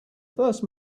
first